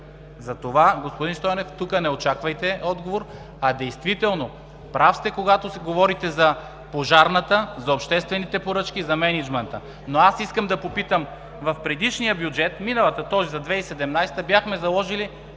Затова, господин Стойнев, тук не очаквайте отговор. Действително сте прав, когато говорите за Пожарната, за обществените поръчки, за мениджмънта, но аз искам да попитам – в предишния бюджет, тоест за 2017-а, бяхме заложили